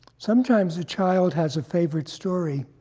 sometimes a child has a favorite story,